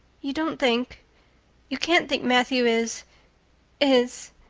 you don't think you can't think matthew is is